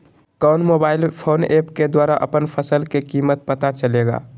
कौन mobile phone app के द्वारा अपन फसल के कीमत पता चलेगा?